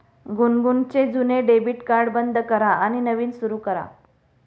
गुनगुनचे जुने debit card बंद करा आणि नवीन सुरू करा